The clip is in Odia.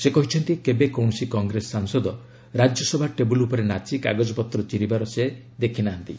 ସେ କହିଛନ୍ତି କେବେ କୌଣସି କଂଗ୍ରେସ ସାଂସଦ ରାଜ୍ୟସଭା ଟେବୁଲ୍ ଉପରେ ନାଚି କାଗଜପତ୍ର ଚିରିବାର ସେ ଦେଖି ନାହାନ୍ତି